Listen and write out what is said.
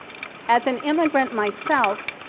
as an immigrant myself,